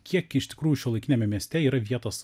kiek iš tikrųjų šiuolaikiniame mieste yra vietos